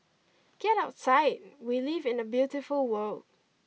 get outside we live in a beautiful world